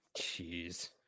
Jeez